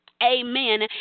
amen